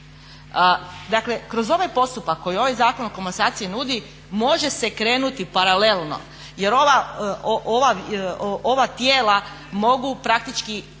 Dakle kroz ovaj postupak koji ovaj Zakon o komasaciji nudi može se krenuti paralelno jer ova tijela mogu praktički